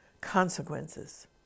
consequences